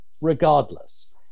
regardless